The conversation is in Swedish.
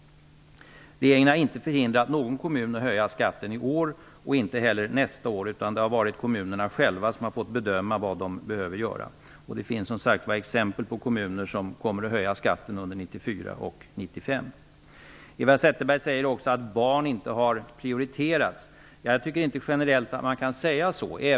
Regeringen har inte hindrat någon kommun att höja skatten i år och inte heller nästa år. Det är kommunerna själva som har fått bedöma vad de behöver göra i det avseendet, och det finns som sagt exempel på kommuner som kommer att höja skatten under 1994 och 1995. Eva Zetterberg sade också att barn inte har prioriterats. Jag tycker inte att man kan säga så generellt.